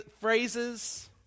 phrases